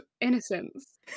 innocence